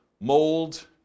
mold